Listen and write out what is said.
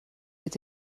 mit